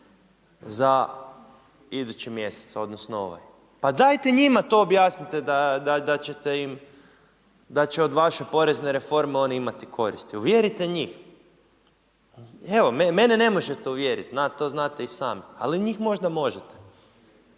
za idući mjesec, odnosno ovaj. Dajte njima to objasnite da će od vaše porezne reforme imati koristi, uvjerite njih. Evo mene ne možete uvjerit, to znate i sami, ali njih možda možete.